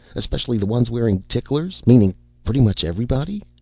especially the ones wearing ticklers, meaning pretty much everybody?